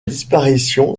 disparition